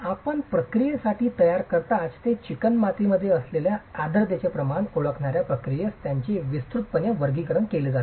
आपण प्रक्रियेसाठी तयार करताच ते चिकणमातीमध्ये असलेल्या आर्द्रतेचे प्रमाण ओळखणार्या प्रक्रियेत त्यांचे विस्तृतपणे वर्गीकरण केले जाते